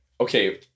okay